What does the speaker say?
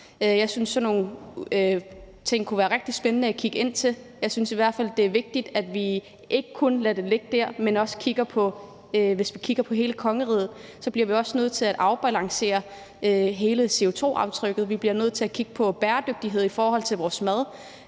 Jeg synes, at sådan nogle ting kunne være rigtig spændende at kigge på. Jeg synes i hvert fald, det er vigtigt, at vi ikke kun lader det ligge der. Hvis vi kigger på hele kongeriget, bliver vi også nødt til at afbalancere hele CO2-aftrykket. Vi bliver nødt til at kigge på bæredygtighed i forhold til vores mad,